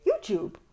YouTube